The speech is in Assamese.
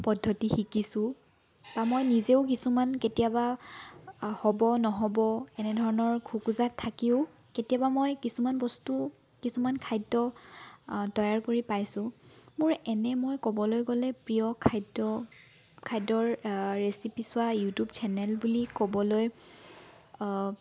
পদ্ধতি শিকিছোঁ বা মই নিজেও কিছুমান কেতিয়াবা হ'ব নহ'ব এনে ধৰণৰ খোকোজাত থাকিও কেতিয়াবা মই কিছুমান বস্তু কিছুমান খাদ্য তৈয়াৰ কৰি পাইছোঁ মোৰ এনে মই ক'বলৈ গ'লে প্ৰিয় খাদ্য খাদ্যৰ ৰেচিপি চোৱা ইউটিউব চেনেল বুলি ক'বলৈ